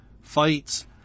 fights